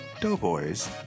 Doughboys